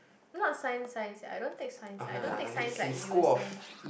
not science science sia I don't take science science I don't take science like you science